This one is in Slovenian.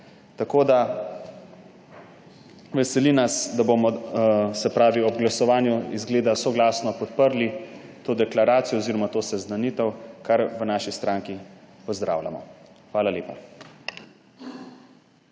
napora. Veseli nas, da bomo ob glasovanju, izgleda, soglasno podprli to deklaracijo oziroma to seznanitev. To v naši stranki pozdravljamo. Hvala lepa.